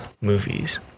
movies